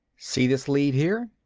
see this lead here?